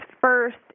first